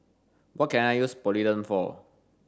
what can I use Polident for